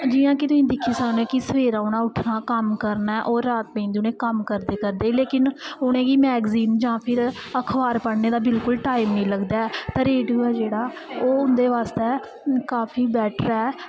जियां कि तुसीं दिक्खी सकने कि सवेरें उ'नें उट्ठना कम्म करना ऐ होर रात पेई जंदी उ'नें कम्म करदे करदे लेकिन उ'नेंगी मैगजीन जां फिर अखबार पढ़ने दा बिलकुल टाइम निं लगदा ऐ ते रेडियो ऐ जेह्ड़ा ओह् उं'दे बास्तै काफी बैटर ऐ